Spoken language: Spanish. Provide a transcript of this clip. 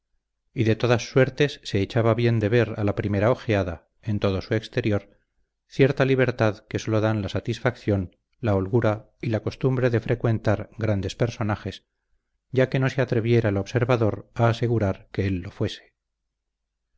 y de todas suertes se echaba bien de ver a la primera ojeada en todo su exterior cierta libertad que sólo dan la satisfacción la holgura y la costumbre de frecuentar grandes personajes ya que no se atreviera el observador a asegurar que él lo fuese